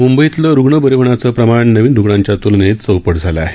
म्ंबईतलं रुग्ण बरे होण्याचं प्रमाण नवीन रुग्णांच्या तुलनेत चौपट झालं आहे